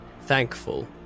thankful